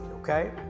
okay